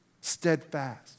steadfast